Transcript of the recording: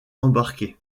embarqué